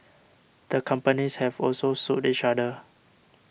the companies have also sued each other